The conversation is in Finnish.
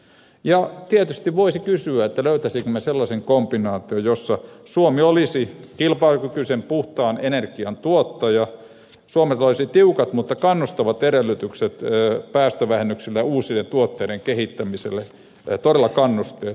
ja tietysti voisi kysyä löytäisimmekö me sellaisen kombinaation jossa suomi olisi kilpailukykyisen puhtaan energian tuottaja ja suomella olisi tiukat mutta kannustavat edellytykset päästövähennyksille ja uusien tuotteiden kehittämiselle todella kannusteet